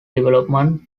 development